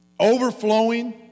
overflowing